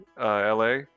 LA